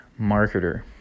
marketer